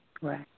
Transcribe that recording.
Right